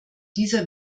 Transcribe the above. dieser